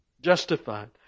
justified